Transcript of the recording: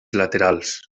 laterals